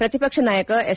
ಪ್ರತಿಪಕ್ಷ ನಾಯಕ ಎಸ್